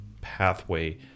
pathway